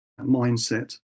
mindset